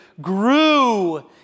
grew